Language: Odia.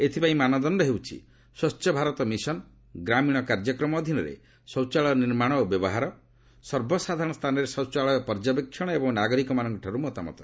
ଏଥିପାଇଁ ମାନଦଣ୍ଡ ହେଉଛି ସ୍ୱଚ୍ଚ ଭାରତ ମିଶନ ଗ୍ରାମୀଣ କାର୍ଯ୍ୟକ୍ରମ ଅଧୀନରେ ଶୌଚାଳୟ ନିର୍ମାଣ ଓ ବ୍ୟବହାର ସର୍ବସାଧାରଣ ସ୍ଥାନରେ ଶୌଚାଳୟ ପର୍ଯ୍ୟବେକ୍ଷଣ ଏବଂ ନାଗରିକମାନଙ୍କଠାର୍ ମତାମତ